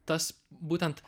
tas būtent